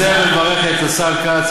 על זה אני מברך את השר כץ,